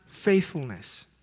faithfulness